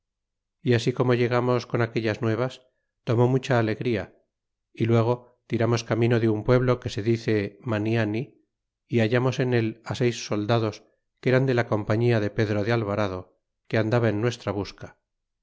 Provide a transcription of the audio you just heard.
y así como llegamos con aquellas nuevas tomó mucha alegría y luego tiramos camino de un pueblo que se dice maniani y hallamos en él seis soldados que eran de la compañía de pedro de alvarado que andaba en nuestra busca